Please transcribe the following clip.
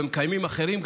ומקיימים גם אחרים,